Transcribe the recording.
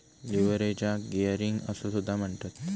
लीव्हरेजाक गियरिंग असो सुद्धा म्हणतत